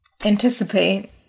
anticipate